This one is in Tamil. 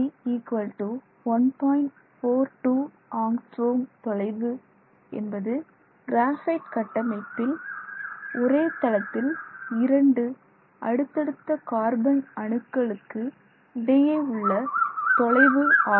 42 ஆம்ஸ்ட்ராங் தொலைவு என்பது கிராபைட் கட்டமைப்பில் ஒரே தளத்தில் இரண்டு அடுத்தடுத்த கார்பன் அணுக்களுக்கு இடையே உள்ள தொலைவு ஆகும்